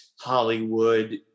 Hollywood